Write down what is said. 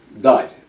died